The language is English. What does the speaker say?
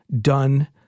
done